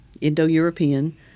Indo-European